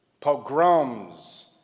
pogroms